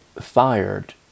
fired